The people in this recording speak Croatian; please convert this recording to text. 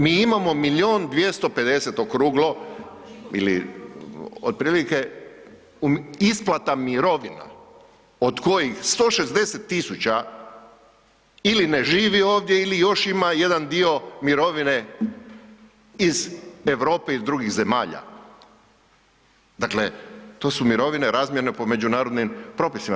Mi imamo milijun 250 okruglo ili otprilike isplata mirovina od kojih 160 000 ili ne živi ovdje ili još ima jedan dio mirovine iz Europe, iz drugih zemalja, dakle to su mirovine razmjene po međunarodnim propisima.